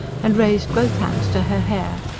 and raised both hands to her hair.